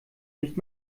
nicht